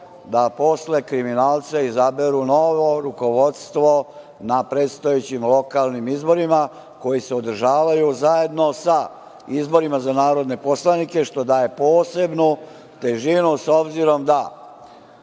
da posle kriminalca izaberu novo rukovodstvo na predstojećim lokalnim izborima, koji se održavaju zajedno sa izborima za narodne poslanike, što daje posebnu težinu, s obzirom da